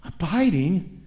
Abiding